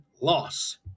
loss